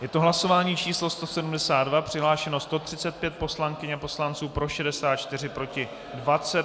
Je to hlasování číslo 172, přihlášeno 135 poslankyň a poslanců, pro 64, proti 20.